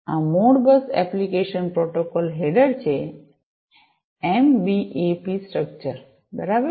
આ Modbus application protocol header છેએમબીએપી સ્ટ્રક્ચરબરાબર